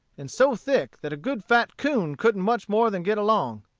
and so thick that a good fat coon couldn't much more than get along.